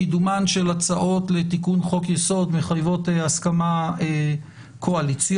קידומן של הצעות לתיקון חוק-יסוד מחייבות הסכמה קואליציונית.